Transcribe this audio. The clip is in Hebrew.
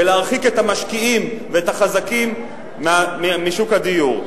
ולהרחיק את המשקיעים ואת החזקים משוק הדיור,